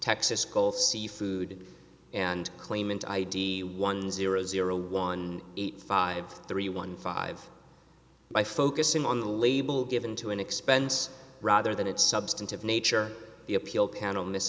texas gulf seafood and claimant id one zero zero one eight five three one five by focusing on the label given to an expense rather than its substantive nature the appeal panel